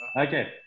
okay